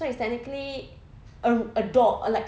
so it's technically a a door like